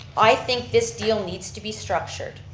i think this deal needs to be structured.